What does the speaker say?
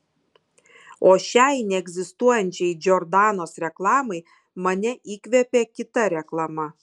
o šiai neegzistuojančiai džordanos reklamai mane įkvėpė kita reklama